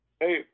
Hey